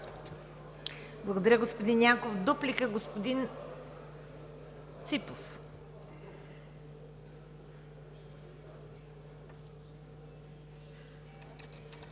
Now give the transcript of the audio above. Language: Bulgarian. Благодаря Ви, господин Янков. Дуплика – господин Ципов.